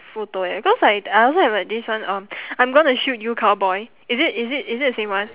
photo eh cause like I also have like this one um I'm gonna shoot you cowboy is it is it is it the same one